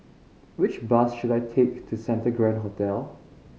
which bus should I take to Santa Grand Hotel